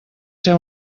ser